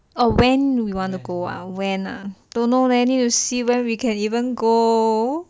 oh when we want to go ah when ah don't know leh need to see when we can even go